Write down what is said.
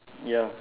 ya